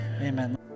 Amen